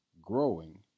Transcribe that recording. growing